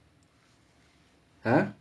!huh!